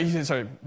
sorry